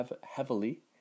heavily